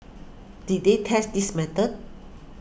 did they test this method